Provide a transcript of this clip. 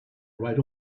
right